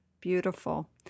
beautiful